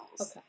Okay